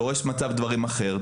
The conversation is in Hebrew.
דורש מצב דברים אחר,